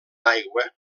aigua